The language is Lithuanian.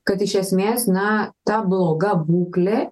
kad iš esmės na ta bloga būklė